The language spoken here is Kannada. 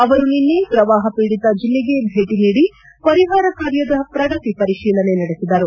ಅವರು ನಿನ್ನೆ ಪ್ರವಾಹಖೀಡಿತ ಜಿಲ್ಲೆಗೆ ಭೇಟಿ ನೀಡಿ ಪರಿಹಾರ ಕಾರ್ಯದ ಪ್ರಗತಿ ಪರಿಶೀಲನೆ ನಡೆಸಿದರು